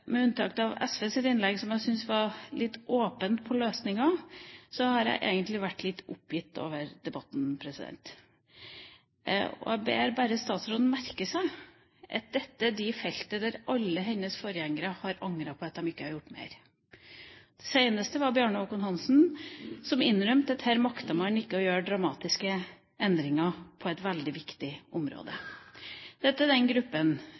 Med unntak av SVs innlegg, som jeg syns var litt åpent for løsninger, har jeg egentlig vært litt oppgitt over debatten. Og jeg ber statsråden bare merke seg at dette er det feltet der alle hennes forgjengere har angret på at de ikke gjorde mer. Senest var Bjarne Håkon Hanssen, som innrømte at man ikke makter å gjøre dramatiske endringer på et veldig viktig område. Dette er den